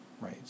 right